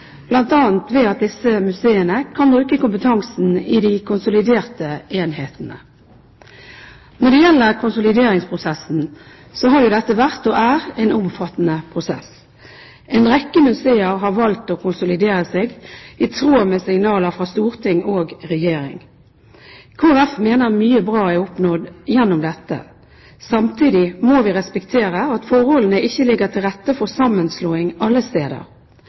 bl.a. ved at disse museene kan bruke kompetansen i de konsoliderte enhetene. Når det gjelder konsolideringsprosessen, så har jo dette vært – og er – en omfattende prosess. En rekke museer har valgt å konsolidere seg i tråd med signaler fra storting og regjering. Kristelig Folkeparti mener mye bra er oppnådd gjennom dette. Samtidig må vi respektere at forholdene ikke ligger til rette for sammenslåing alle steder.